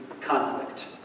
conflict